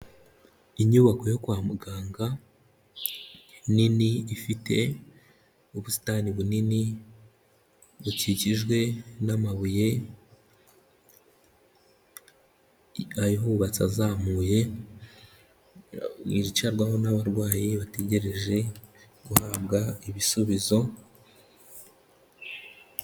Inyubako yo kwa muganga nini ifite ubusitani bunini bukikijwe n'amabuye ahubatse azamuye, yicarwaho n'abarwayi bategereje guhabwa ibisubizo.